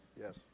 Yes